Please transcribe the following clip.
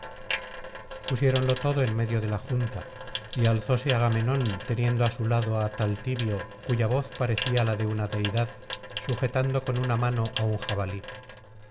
pusiéronlo todo en medio de la junta y alzóse agamenón teniendo á su lado á taltibio cuya voz parecía la de una deidad sujetando con la mano á un jabalí